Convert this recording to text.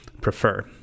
prefer